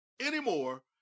anymore